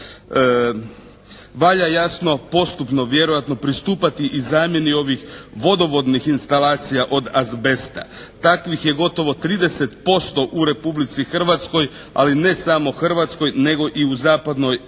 Valja jasno postupno vjerojatno pristupati i zamjeni ovih vodovodnih instalacija od azbesta. Takvih je gotovo 30% u Republici Hrvatskoj, ali ne samo Hrvatskoj nego i u zapadnoj